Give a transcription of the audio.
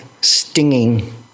stinging